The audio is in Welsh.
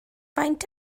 faint